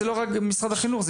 זה לא רק משרד החינוך,